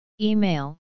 Email